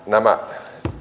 nämä